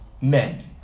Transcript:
men